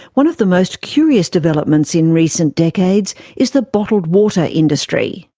one of the most curious developments in recent decades is the bottled water industry.